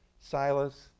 Silas